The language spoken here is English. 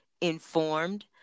informed